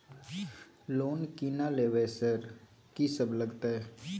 Loan की ना लेबय सर कि सब लगतै?